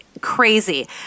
crazy